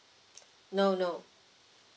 no no